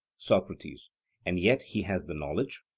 socrates and yet he has the knowledge?